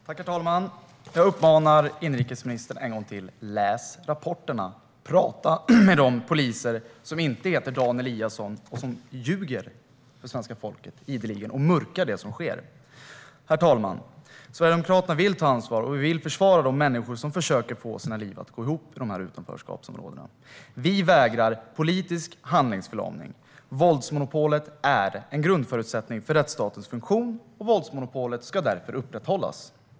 Herr talman! Jag uppmanar inrikesministern en gång till: Läs rapporterna! Prata med de poliser som inte heter Dan Eliasson och ideligen ljuger för svenska folket och mörkar det som sker. Herr talman! Sverigedemokraterna vill ta ansvar. Vi vill försvara de människor som försöker få sina liv att gå ihop i dessa utanförskapsområden. Vi vägrar politisk handlingsförlamning. Våldsmonopolet är en grundförutsättning för rättsstatens funktion och ska därför upprätthållas.